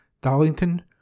Darlington